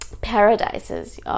paradises